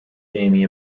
jamie